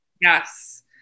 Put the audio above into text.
Yes